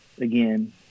again